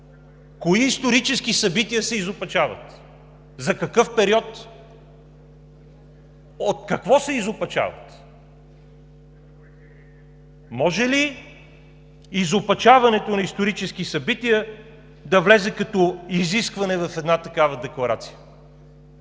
кои исторически събития се изопачават, за какъв период, от какво се изопачават? Може ли изопачаването на исторически събития да влезе като изискване в една такава декларация?